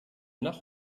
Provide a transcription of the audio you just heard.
nach